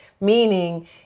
meaning